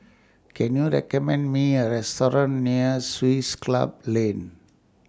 Can YOU recommend Me A Restaurant near Swiss Club Lane